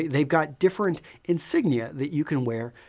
they've got different insignia that you can wear.